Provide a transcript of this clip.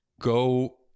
go